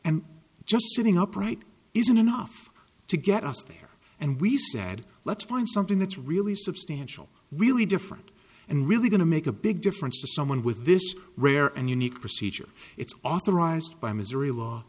and just sitting upright isn't enough to get us there and we said let's find something that's really substantial really different and really going to make a big difference to someone with this rare and unique procedure it's authorized by missouri law